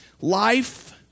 life